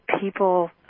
people